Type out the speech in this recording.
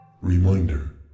Reminder